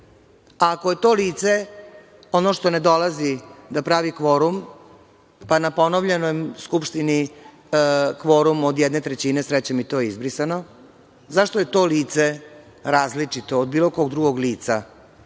je to lice ono što ne dolazi da pravi kvorum, pa na ponovljenoj skupštini kvorum od jedne trećine, srećom, i to je izbrisano, zašto je to lice različito od bilo kog drugog lica